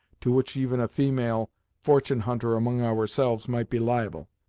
to which even a female fortune hunter among ourselves might be liable.